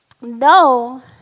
no